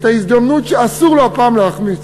את ההזדמנות שאסור לו הפעם להחמיץ.